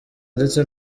ndetse